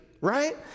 right